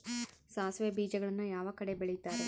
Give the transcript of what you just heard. ಸಾಸಿವೆ ಬೇಜಗಳನ್ನ ಯಾವ ಕಡೆ ಬೆಳಿತಾರೆ?